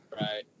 Right